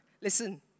Listen